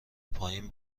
پایین